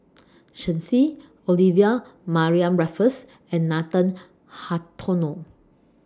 Shen Xi Olivia Mariamne Raffles and Nathan Hartono